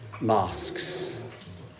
masks